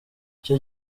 icyo